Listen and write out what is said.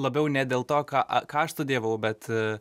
labiau ne dėl to ką ką aš studijavau bet